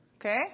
okay